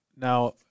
Now